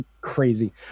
crazy